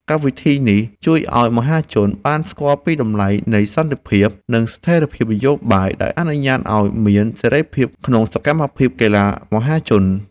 កម្មវិធីនេះជួយឱ្យមហាជនបានស្គាល់ពីតម្លៃនៃសន្តិភាព និងស្ថិរភាពនយោបាយ ដែលអនុញ្ញាតឱ្យមានសេរីភាពក្នុងសកម្មភាពកីឡាមហាជន។